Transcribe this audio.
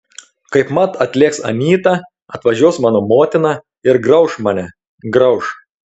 kaipmat atlėks anyta atvažiuos mano motina ir grauš mane grauš